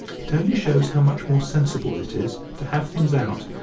it only shows how much more sensible it is to have things out.